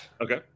Okay